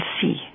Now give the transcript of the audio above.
see